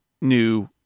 new